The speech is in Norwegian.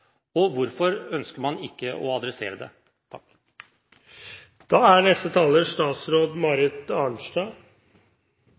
og hvorfor ønsker man ikke å adressere det?